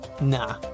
Nah